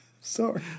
Sorry